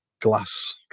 glass